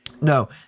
No